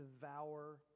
devour